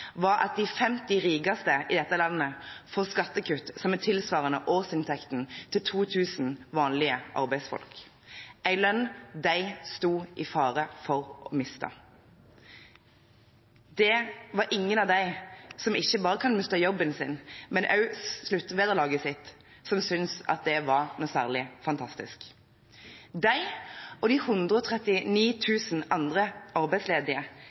var at de 50 rikeste i dette landet får skattekutt tilsvarende årsinntekten til 2 000 vanlige arbeidsfolk, en lønn de sto i fare for å miste. Det var ingen av dem – som ikke bare kan miste jobben sin, men også sluttvederlaget sitt – som syntes at det var noe særlig fantastisk. Disse – og de 139 000 andre arbeidsledige